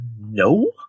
no